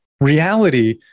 Reality